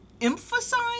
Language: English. emphasize